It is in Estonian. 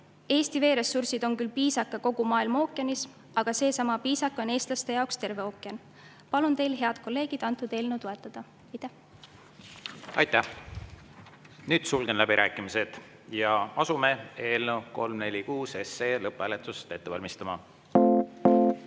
Eesti veeressursid on küll piisake kogu maailma ookeanis, aga seesama piisake on eestlaste jaoks terve ookean. Palun teil, head kolleegid, eelnõu toetada. Aitäh! Nüüd sulgen läbirääkimised ja asume eelnõu 346 lõpphääletust ette valmistama. Panen